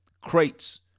crates